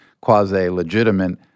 quasi-legitimate